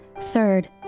Third